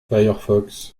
firefox